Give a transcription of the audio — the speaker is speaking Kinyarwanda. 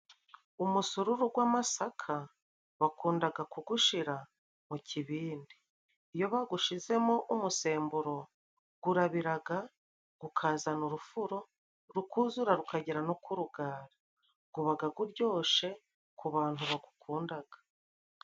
Umusururu gw'amasaka bakundaga kugushira mu kibindi iyo bagushizemo umusemburo gurabiraga gukazana urufuro, gukuzura rukagera no ku rugara gubaga guryoshe ku bantu bagukundaga.